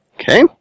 Okay